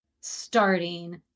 starting